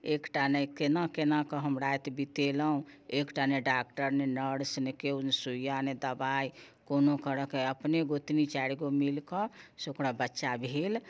एकटा नहि केना केनाके हम राति बितेलहुँ एक टा नहि डाक्टर नहि नर्स नहि केओ नहि सुइया नहि दवाइ कोनो तरह से अपने गोतनी चारि गो मिलके से ओकरा बच्चा भेल